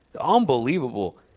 Unbelievable